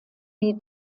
die